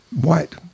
white